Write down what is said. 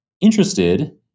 interested